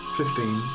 fifteen